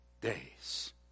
days